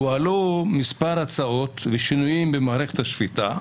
הועלו מספר הצעות לשינויים במערכת השפיטה,